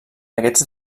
aquests